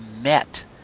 met